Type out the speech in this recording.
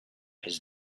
his